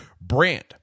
brand